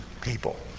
people